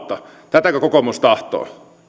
tätäkö kokoomus tahtoo